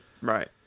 Right